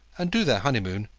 and do their honeymoon,